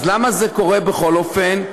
אז למה זה קורה בכל אופן?